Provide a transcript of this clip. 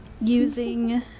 Using